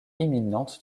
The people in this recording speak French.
imminente